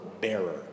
bearer